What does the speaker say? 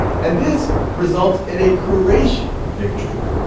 and this results in a quraysh victory.